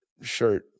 shirt